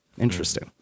Interesting